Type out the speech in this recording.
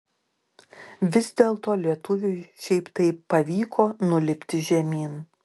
vis dėlto lietuviui šiaip taip pavyko nulipti žemyn